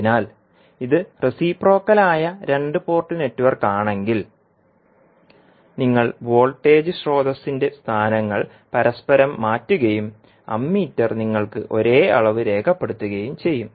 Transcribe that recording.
അതിനാൽ ഇത് റെസിപ്രോക്കൽ ആയ രണ്ട് പോർട്ട് നെറ്റ്വർക്കാണെങ്കിൽ നിങ്ങൾ വോൾട്ടേജ് സ്രോതസ്സ് ന്റെ സ്ഥാനങ്ങൾ പരസ്പരം മാറ്റുകയും അമ്മീറ്റർ നിങ്ങൾക്ക് ഒരേ അളവു രേഖപ്പെടുത്തുകയും ചെയ്യും